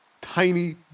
tiny